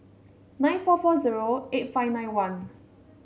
nine four four zero eight five nine one